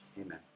amen